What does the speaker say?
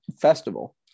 festival